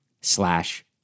slash